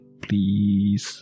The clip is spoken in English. Please